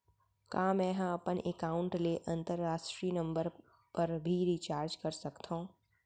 का मै ह अपन एकाउंट ले अंतरराष्ट्रीय नंबर पर भी रिचार्ज कर सकथो